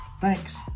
Thanks